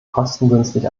kostengünstig